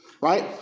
right